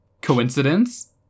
Coincidence